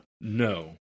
no